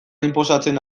inposatzen